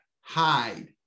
hide